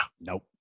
Nope